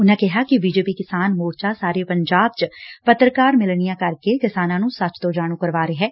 ਉਨ੍ਹਾ ਕਿਹਾ ਕਿ ਬੀਜੇਪੀ ਕਿਸਾਨ ਮੋਰੱਚਾ ਸਾਰੇ ਪੰਜਾਬ ਚ ਪੱਤਰਕਾਰ ਮਿਲਣੀਆਂ ਕਰਕੇ ਕਿਸਾਨਾਂ ਨੂੰ ਸੱਚ ਤੋਂ ਜਾਣੂ ਕਰਵਾ ਰਿਹੈ